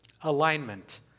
alignment